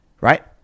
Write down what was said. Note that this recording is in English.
right